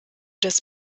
das